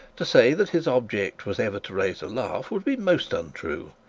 to say that his object was ever to raise a laugh, would be most untrue.